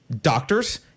doctors